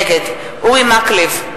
נגד אורי מקלב,